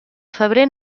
febrer